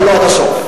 אבל לא עד הסוף.